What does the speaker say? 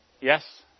Yes